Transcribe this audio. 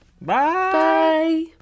Bye